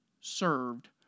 served